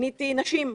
נשים.